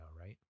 right